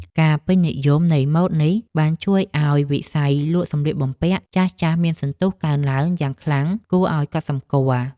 ការពេញនិយមនៃម៉ូដនេះបានជួយឱ្យវិស័យលក់សម្លៀកបំពាក់ចាស់ៗមានសន្ទុះកើនឡើងយ៉ាងខ្លាំងគួរឱ្យកត់សម្គាល់។